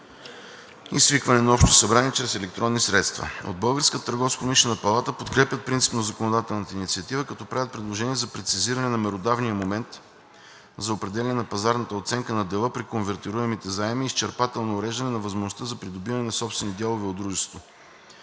свикването на общо събрание чрез електронни средства. От Българската търговско-промишлена палата подкрепят принципно законодателната инициатива, като правят предложения за прецизиране на меродавния момент за определяне на пазарната оценка на дела при конвертируемите заеми и изчерпателно уреждане на възможността за придобиване на собствени дялове от дружеството.